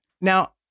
Now